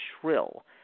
shrill